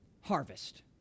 harvest